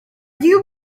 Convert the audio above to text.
you